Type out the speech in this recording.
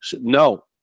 No